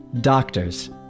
Doctors